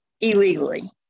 illegally